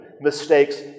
mistakes